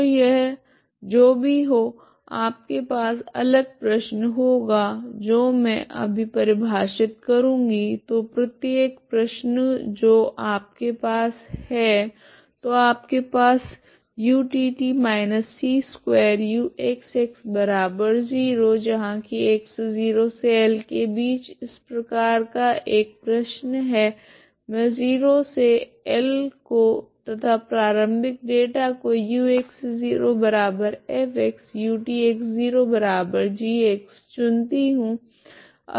तो यह जो भी हो आपके पास अलग प्रश्न होगा जो मैं अभी परिभाषित करूंगी तो प्रत्येक प्रश्न जो आपके पास है तो आपके पास utt−c2uxx0 0xL प्रकार का एक प्रश्न है मैं 0 से L को तथा प्रारम्भिक डेटा को ux0futx0g चुनती हूँ